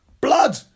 Blood